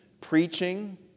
preaching